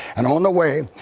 and on the way,